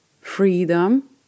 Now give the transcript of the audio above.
freedom